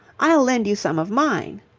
i'll lend you some of mine.